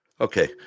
Okay